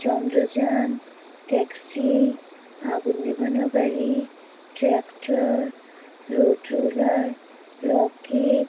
Chandrayaan taxi আগুন নেভানো গাড়ি ট্র্যাক্টার রোড রোলার রকেট